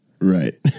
Right